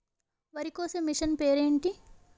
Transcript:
వరి కోసే మిషన్ పేరు ఏంటి